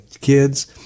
kids